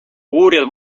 uurijad